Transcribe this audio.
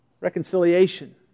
Reconciliation